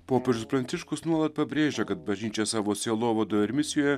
popiežius pranciškus nuolat pabrėžia kad bažnyčia savo sielovadoje ir misijoje